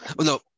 No